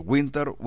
Winter